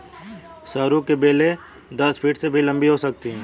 सरू की बेलें दस फीट से भी लंबी हो सकती हैं